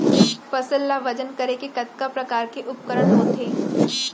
फसल ला वजन करे के कतका प्रकार के उपकरण होथे?